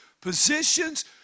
positions